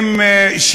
נכון?